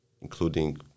including